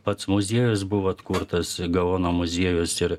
pats muziejus buvo atkurtas gaono muziejus ir